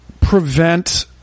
prevent